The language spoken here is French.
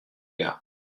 gars